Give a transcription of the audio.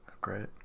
Great